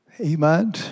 Amen